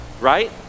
right